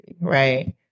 right